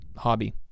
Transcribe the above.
Hobby